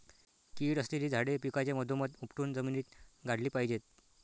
कीड असलेली झाडे पिकाच्या मधोमध उपटून जमिनीत गाडली पाहिजेत